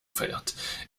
verirrt